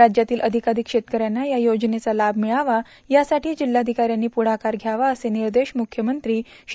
राज्यातील अधिकाधिक शेतकऱ्यांना या योजनेचा लाभ मिळावा यासाठी जिल्हाधिकाऱ्यांनी पुढाकार घ्यावा असे निर्देश मुख्यमंत्री श्री